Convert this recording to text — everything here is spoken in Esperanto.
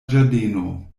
ĝardeno